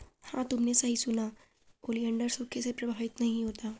हां तुमने सही सुना, ओलिएंडर सूखे से प्रभावित नहीं होता